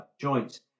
joints